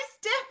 step